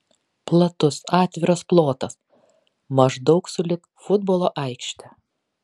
platus atviras plotas maždaug sulig futbolo aikšte